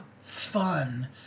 fun